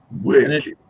Wicked